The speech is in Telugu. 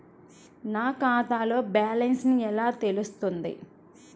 నా ఖాతాలో బ్యాలెన్స్ ఎలా తెలుస్తుంది?